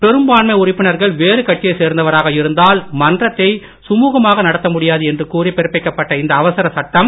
பெரும்பான்மை உறுப்பினர்கள் வேறு கட்சியை சேர்ந்தவராக இருந்தால் மன்றத்தை சுமுகமாக நடத்த முடியாது என்று கூறி பிறப்பிக்கப்பட்ட இந்த அவசர சட்டம்